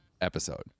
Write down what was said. episode